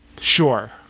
sure